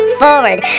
forward